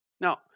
Now